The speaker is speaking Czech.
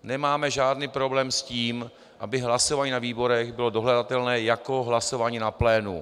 Nemáme žádný problém s tím, aby hlasování na výborech bylo dohledatelné jako hlasování na plénu.